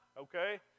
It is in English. Okay